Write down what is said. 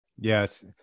Yes